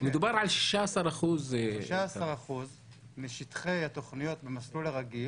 מדובר על 16%. חשוב לי לדייק 16% משטחי התוכניות במסלול הרגיל